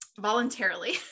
Voluntarily